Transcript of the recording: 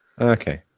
Okay